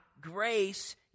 grace